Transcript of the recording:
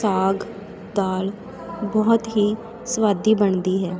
ਸਾਗ ਦਾਲ ਬਹੁਤ ਹੀ ਸਵਾਦ ਬਣਦੀ ਹੈ